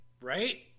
Right